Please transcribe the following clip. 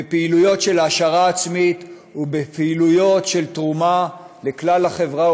בפעילויות של העשרה עצמית ובפעילויות של תרומה לכלל החברה,